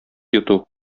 йоту